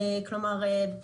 אגב,